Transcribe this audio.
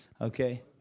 Okay